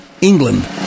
England